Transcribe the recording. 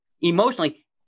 emotionally